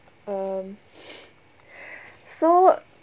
um so